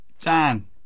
Dan